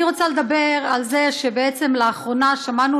אני רוצה לדבר על זה שבעצם לאחרונה שמענו